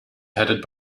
headed